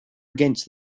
against